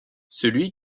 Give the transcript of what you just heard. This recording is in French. celui